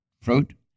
fruit